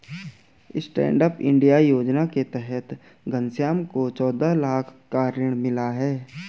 stand up India योजना के तहत घनश्याम को चौदह लाख का ऋण मिला है